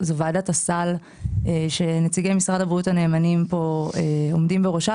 זה ועדת הסל שנציגי משרד הבריאות הנאמנים פה עומדים בראשה